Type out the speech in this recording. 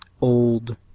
old